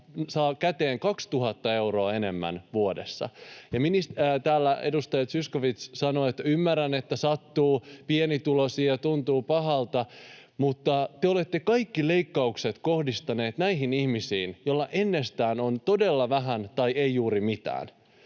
saa käteen 2 000 euroa enemmän vuodessa. Täällä edustaja Zyskowicz sanoi, että ymmärrän, että tämä sattuu pienituloisiin ja tuntuu pahalta, mutta te olette kohdistaneet kaikki leikkaukset näihin ihmisiin, joilla ennestään on todella vähän tai ei juuri mitään,